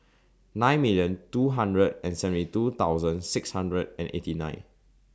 nine million two hundred and seventy two thousand six hundred and eighty nine